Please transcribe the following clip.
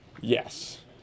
Yes